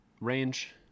range